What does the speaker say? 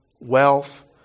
wealth